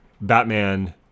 Batman